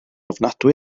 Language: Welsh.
ofnadwy